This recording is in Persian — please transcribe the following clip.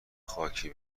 خاکی